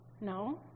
No